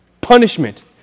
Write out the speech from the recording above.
Punishment